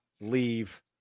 leave